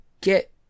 get